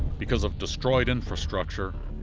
because of destroyed infrastructure,